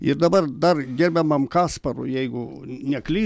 ir dabar dar gerbiamam kasparui jeigu nekly